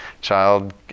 child